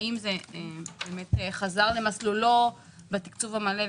האם זה חזר למסלול בתקצוב המלא?